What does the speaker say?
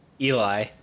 eli